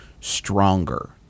stronger